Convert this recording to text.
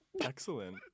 Excellent